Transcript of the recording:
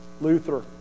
Luther